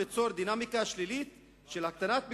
ליצור דינמיקה שלילית של הקטנת ביקושים,